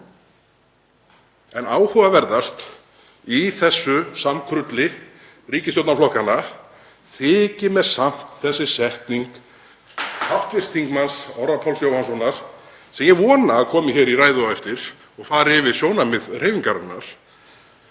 En áhugaverðast í þessu samkrulli ríkisstjórnarflokkanna þykir mér samt þessi setning hv. þm. Orra Páls Jóhannssonar, sem ég vona að komi í ræðu á eftir og fari yfir sjónarmið hreyfingarinnar: